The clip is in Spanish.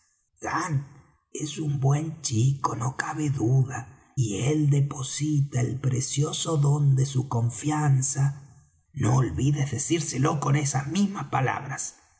gunn es un buen chico no cabe duda y él deposita él precioso don de su confianza deposita él precioso don de su confianza no olvides decírselo con esas mismas